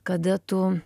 kada tu